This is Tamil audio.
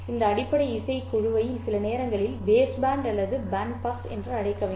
இந்த அடிப்படை இசைக்குழுவை சில நேரங்களில் பாஸ் பேண்ட் அல்லது பேண்ட் பாஸ் என்று அழைக்க வேண்டும்